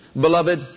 Beloved